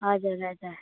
हजुर हजुर